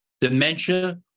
dementia